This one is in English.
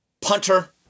punter